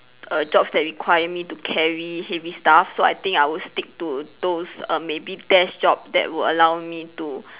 err jobs that require me to carry heavy stuff so I think I would stick to those err maybe desk job that will allow me to